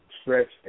Stretch